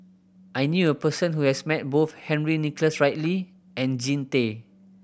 I knew a person who has met both Henry Nicholas Ridley and Jean Tay